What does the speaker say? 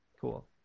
Cool